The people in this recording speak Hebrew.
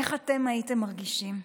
איך אתם הייתם מרגישים?